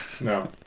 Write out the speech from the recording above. No